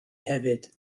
hefyd